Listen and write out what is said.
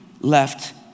left